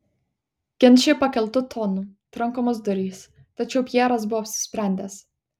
ginčai pakeltu tonu trankomos durys tačiau pjeras buvo apsisprendęs